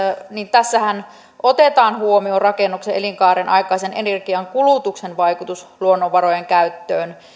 tässähän otetaan huomioon rakennuksen elinkaaren aikaisen energiankulutuksen vaikutus luonnonvarojen käyttöön